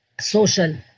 social